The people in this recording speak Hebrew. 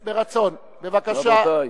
ברצון, בבקשה.